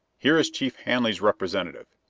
here is chief hanley's representative.